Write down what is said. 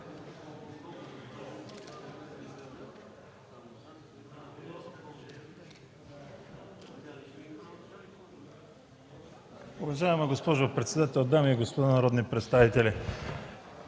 Уважаема госпожо председател, дами и господа народни представители!